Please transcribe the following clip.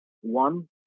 one